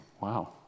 Wow